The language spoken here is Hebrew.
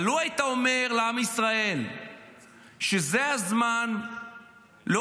אבל לו היית אומר לעם ישראל שזה הזמן לא